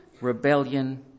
rebellion